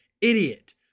idiot